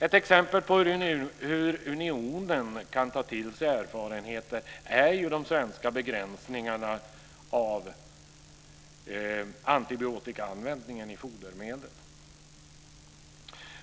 Ett exempel på hur unionen kan ta till sig erfarenheter är ju de svenska begränsningarna av antibiotikaanvändningen i fodermedel.